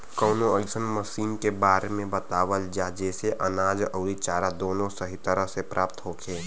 कवनो अइसन मशीन के बारे में बतावल जा जेसे अनाज अउर चारा दोनों सही तरह से प्राप्त होखे?